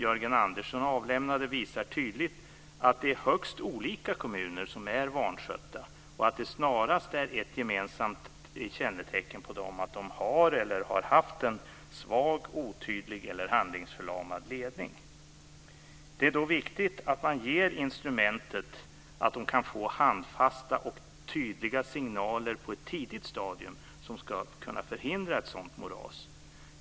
Jörgen Andersson har avlämnat visar tydligt att det är högst olika kommuner som är vanskötta och att det är snarast ett gemensamt kännetecken för dem att de har, eller har haft, en svag, otydlig eller handlingsförlamad ledning. Det är då viktigt att de på ett tidigt stadium får ett instrument med handfasta och tydliga signaler för att förhindra ett sådant moras.